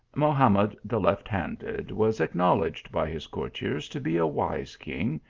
mohamed the left-handed was acknowledged by his courtiers to be a wise king,